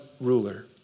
ruler